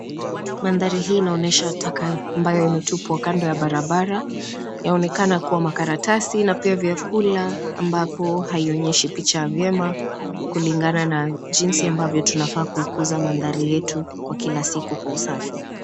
Mandhari hii inaonyesha taka ambayo imetupwa kando ya barabara. Yaonekana kuwa karatasi na pia vyakula ambapo haionyeshi picha vyema kulingana na jinsi ambavyo tunafaa kuikuza mandhari yetu kwa kila siku kwa usafi.